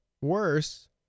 Worse